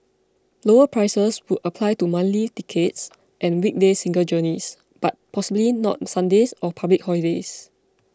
lower prices would apply to monthly tickets and weekday single journeys but possibly not Sundays or public holidays